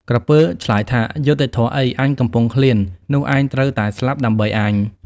ក្រពើឆ្លើយថា យុត្តិធម៌អី អញកំពុងឃ្លាន នោះឯងត្រូវតែស្លាប់ដើម្បីអញ។